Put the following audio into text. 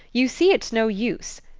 you see it's no use.